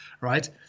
right